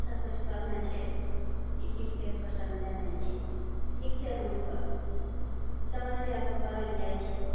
सभकिछु करनाय छै ई चीजके कोसेन देनाइ छै ठीक छै हम ओकर समस्याके करय लए जाइ छियै